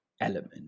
element